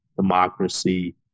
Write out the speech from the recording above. democracy